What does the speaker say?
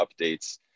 updates